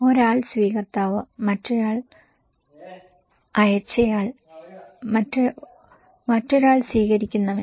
ഒരാൾ സ്വീകർത്താവ് മറ്റൊരാൾ ഒരാൾ അയച്ചയാൾ മറ്റൊരാൾ സ്വീകരിക്കുന്നവൻ